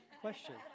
question